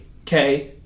Okay